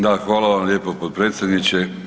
Da, hvala vam lijepo potpredsjedniče.